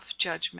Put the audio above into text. judgment